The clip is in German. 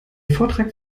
vortrag